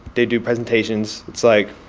they do presentations. it's, like,